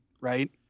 right